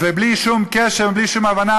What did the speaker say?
ובלי שום קשר ובלי שום הבנה,